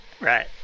Right